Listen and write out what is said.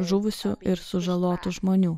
žuvusių ir sužalotų žmonių